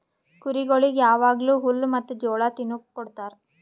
ಕುರಿಗೊಳಿಗ್ ಯಾವಾಗ್ಲೂ ಹುಲ್ಲ ಮತ್ತ್ ಜೋಳ ತಿನುಕ್ ಕೊಡ್ತಾರ